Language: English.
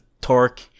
Torque